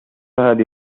هذه